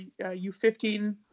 U15